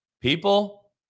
People